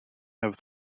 have